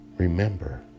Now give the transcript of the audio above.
Remember